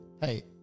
hey